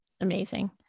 Amazing